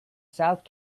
south